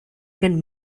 can